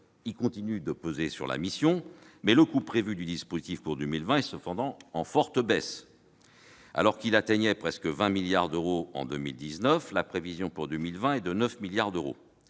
continue de peser sur la mission. Le coût prévu du dispositif pour 2020 est cependant en forte baisse. Alors qu'il atteignait presque 20 milliards d'euros en 2019, la prévision pour 2020 est de 9 milliards d'euros.